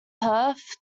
heath